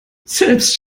selbst